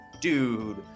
dude